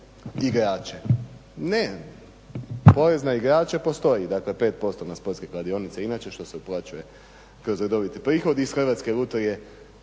igrače. Ne, porez na igrače postoji, dakle 5% na sportske kladionice inače što se uplaćuje kroz redoviti prihod. Iz Hrvatske lutrije